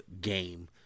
game